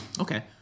Okay